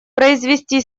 произвести